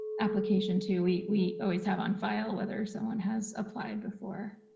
application too. we we always have on file whether someone has applied before.